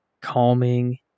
calming